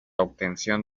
obtención